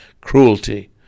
cruelty